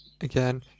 again